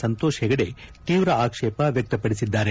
ಸಂತೋಷ್ ಹೆಗಡೆ ತೀವ್ರ ಆಕ್ಷೇಪ ವ್ಯಕ್ತಪಡಿಸಿದ್ದಾರೆ